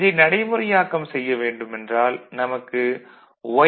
இதை நடைமுறையாக்கம் செய்ய வேண்டுமென்றால் நமக்கு y